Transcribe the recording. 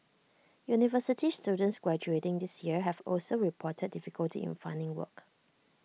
university students graduating this year have also reported difficulty in finding work